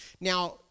Now